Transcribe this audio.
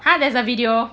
!huh! there's a video